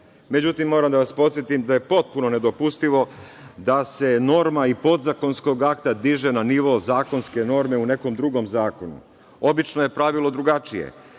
redu. Moram da vas podsetim da je potpuno nedopustivo da se norma podzakonskog akta diže na nivo zakonske norme u nekom drugom zakonu. Obično je pravilo drugačije,